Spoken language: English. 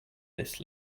this